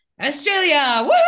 Australia